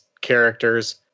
characters